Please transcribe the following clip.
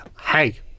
hey